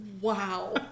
Wow